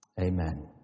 Amen